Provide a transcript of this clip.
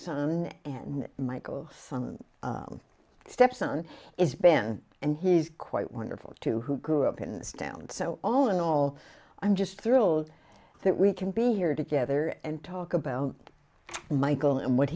son and michael stepson is been and he's quite wonderful too who grew up in this town so all in all i'm just thrilled that we can be here together and talk about michael and what